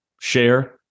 share